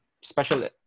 special